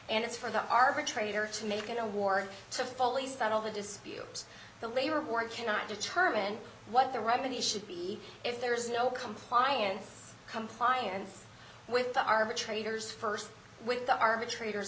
and it's for the arbitrator to make an award so fully settle the dispute the labor board cannot determine what the revenue should be if there is no compliance compliance with the arbitrator's st with the arbitrator